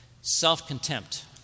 Self-contempt